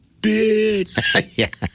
Bitch